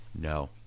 no